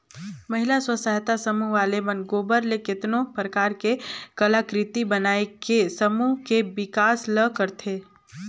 महिला स्व सहायता समूह वाले मन गोबर ले केतनो परकार के कलाकृति बनायके समूह के बिकास ल करथे